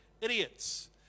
idiots